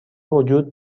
وجود